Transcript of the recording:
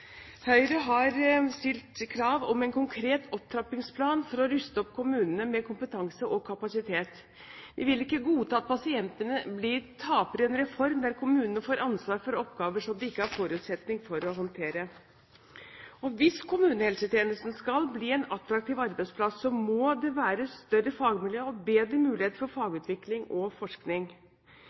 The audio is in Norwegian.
Høyre har stilt krav om en konkret opptrappingsplan for å ruste opp kommunene med kompetanse og kapasitet. Vi vil ikke godta at pasientene blir taperne i en reform der kommunene får ansvar for oppgaver som de ikke har forutsetning for å håndtere. Hvis kommunehelsetjenesten skal bli en attraktiv arbeidsplass, må det være større fagmiljø og bedre mulighet for fagutvikling og forskning.